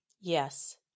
Yes